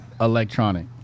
electronic